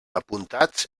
apuntats